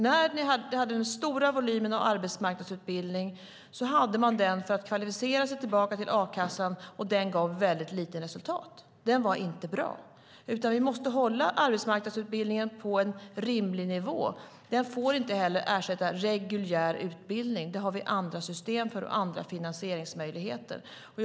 När ni hade den stora volymen av arbetsmarknadsutbildning hade man den för att kvalificera sig tillbaka till a-kassan, och den gav väldigt lite resultat. Den var inte bra. Vi måste hålla arbetsmarknadsutbildningen på en rimlig nivå. Den får inte heller ersätta reguljär utbildning. Det har vi andra system och andra finansieringsmöjligheter för.